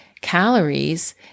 calories